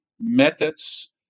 methods